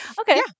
Okay